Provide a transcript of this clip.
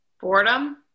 boredom